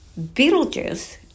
Beetlejuice